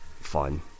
fun